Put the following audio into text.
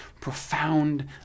profound